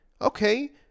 Okay